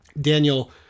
Daniel